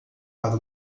para